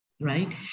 Right